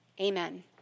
Amen